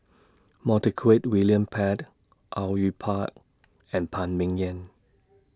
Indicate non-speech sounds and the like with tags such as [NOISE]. [UNINTELLIGIBLE] William Pett Au Yue Pak and Phan Ming Yen